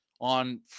on